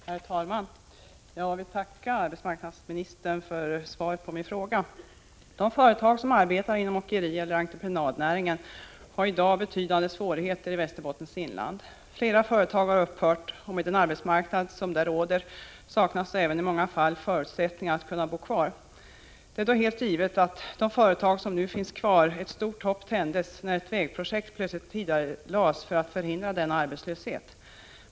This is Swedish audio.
Herr talman! Jag vill tacka arbetsmarknadsministern för svaret på min fråga. De företag som arbetar inom åkerieller entreprenadnäringen i Västerbottens inland har i dag betydande svårigheter. Flera företag har upphört, och med den arbetsmarknad som där råder saknas då även i många fall förutsättningar att kunna bo kvar. Det är helt givet att för de företag som nu finns kvar ett stort hopp tändes när ett vägprojekt plötsligt tidigarelades för att förhindra arbetslöshet.